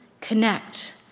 connect